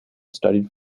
studied